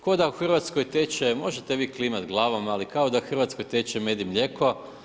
Kao da u Hrvatskoj teče, možete vi klimati glavom, ali kao da u Hrvatskoj teče med i mlijeko.